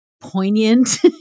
poignant